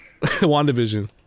Wandavision